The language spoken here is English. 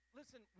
Listen